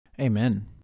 Amen